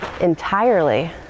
entirely